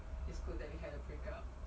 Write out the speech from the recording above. it's good that we had a break up